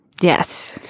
Yes